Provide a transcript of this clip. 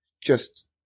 just-